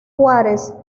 juárez